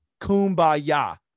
kumbaya